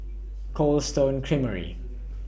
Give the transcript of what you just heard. Cold Stone Creamery